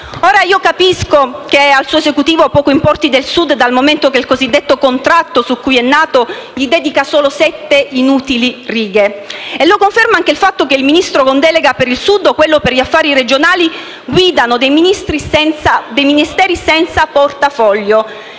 capisco che al suo Esecutivo poco importi del Sud, dal momento che il cosiddetto contratto su cui è nato gli dedica solo sette inutili righe. Lo conferma anche il fatto che il Ministro per il Sud e il Ministro per gli affari regionali e le autonomie guidano dei Ministeri senza portafoglio,